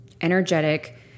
energetic